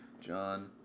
John